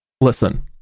listen